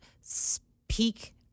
speak